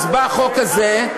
בא החוק הזה,